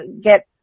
get